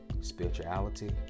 spirituality